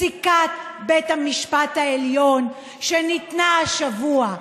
פסיקת בית המשפט העליון שניתנה השבוע,